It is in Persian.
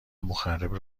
مخرب